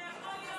אתה יכול להיות,